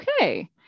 Okay